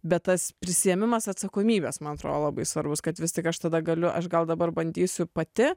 bet tas prisiėmimas atsakomybės man atrodo labai svarbus kad vis tik aš tada galiu aš gal dabar bandysiu pati